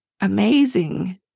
amazing